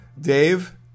Dave